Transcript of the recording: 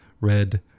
red